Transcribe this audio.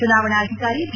ಚುನಾವಣಾಧಿಕಾರಿ ಬಿ